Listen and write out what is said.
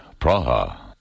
Praha